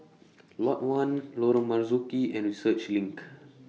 Lot one Lorong Marzuki and Research LINK